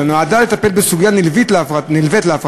אלא נועדה לטפל בסוגיה נלווית להפרטה,